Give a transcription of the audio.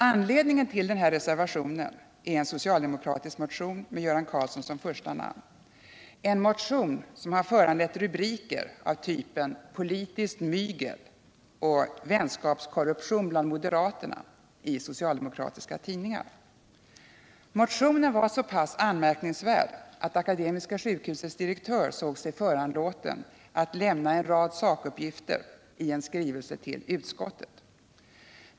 Anledningen till reservationen är en socialdemokratisk motion med Göran Karlsson som första namn, en motion som har föranlett rubriker av typen ”Politiskt mygel” och ”Vänskapskorruption bland moderaterna” i socialdemokratiska tidningar. Motionen var så pass anmärkningsvärd att Akademiska sjukhusets direktör såg sig föranlåten att lämna en rad sakuppgifter ien skrivelse till utskottet.